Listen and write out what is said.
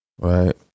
Right